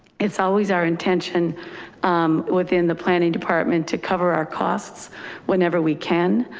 it's always our intention within the planning department to cover our costs whenever we can,